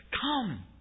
Come